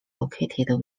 located